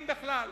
אם בכלל,